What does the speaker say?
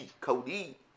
Cody